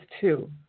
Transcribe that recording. two